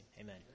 Amen